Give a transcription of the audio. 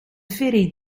ferry